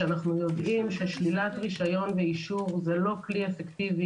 שאנחנו יודעים ששלילת רישיון ואישור זה לא כלי אפקטיבי,